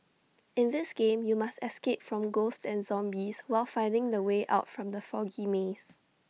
in this game you must escape from ghosts and zombies while finding the way out from the foggy maze